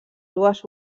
dues